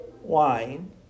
wine